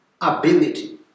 ability